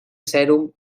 sèrum